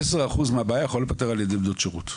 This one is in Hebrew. כ-10% מהבעיה יכול להיפטר על ידי בנות שירות,